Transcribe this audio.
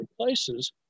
places